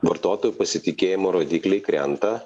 vartotojų pasitikėjimo rodikliai krenta